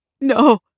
no